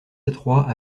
étroits